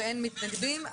ואין מתנגדים.